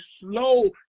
slow